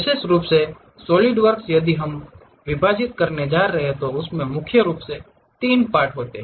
विशेष रूप से सॉलिडवर्क्स यदि हम विभाजित करने जा रहे हैं तो इसमें मुख्य रूप से 3 पार्ट होते हैं